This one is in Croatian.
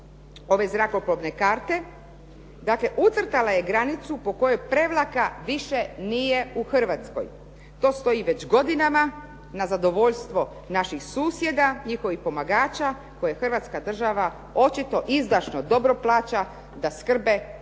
ove zrakoplovne karte dakle ucrtala je granicu po kojoj Prevlaka više nije u Hrvatskoj. To stoji već godinama na zadovoljstvo naših susjeda njihovih pomagača koje Hrvatska država očito izdašno, dobro plaća da skrbe o